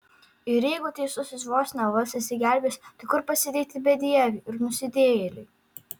ir jeigu teisusis vos ne vos išsigelbės tai kur pasidėti bedieviui ir nusidėjėliui